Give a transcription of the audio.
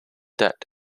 that